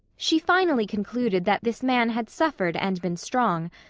she finally concluded that this man had suffered and been strong,